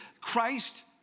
Christ